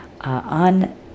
on